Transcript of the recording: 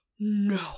no